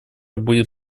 будет